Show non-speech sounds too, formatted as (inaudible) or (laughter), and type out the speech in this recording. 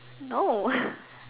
no (breath)